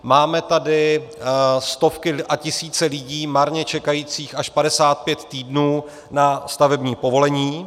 Máme tady stovky a tisíce lidí marně čekajících až 55 týdnů na stavební povolení.